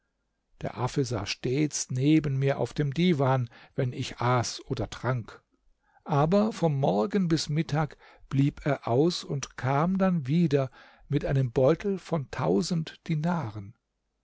der affe saß stets neben mir auf dem divan wenn ich aß oder trank aber vom morgen bis mittag blieb er aus und kam dann wieder mit einem beutel von tausend dinaren